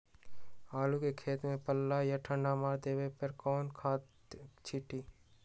आलू के खेत में पल्ला या ठंडा मार देवे पर कौन खाद छींटी?